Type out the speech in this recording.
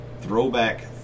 throwback